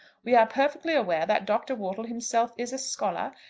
we are perfectly aware that dr. wortle himself is a scholar,